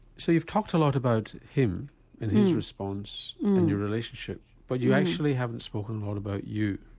so you've talked a lot about him and his response and your relationship but you actually haven't spoken a lot about you.